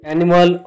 Animal